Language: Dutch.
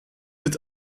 het